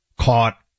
caught